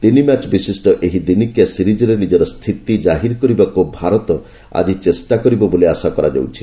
ତିନିମ୍ୟାଚ ବିଶିଷ୍ଟ ଏହି ଦିନିକିଆ ସିରିଜ୍ରେ ନିଜର ସ୍ଥିତି ଜାହିର କରିବାକୁ ଭାରତ ଆଜି ଚେଷ୍ଟା କରିବ ବୋଲି ଆଶା କରାଯାଉଛି